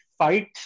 fight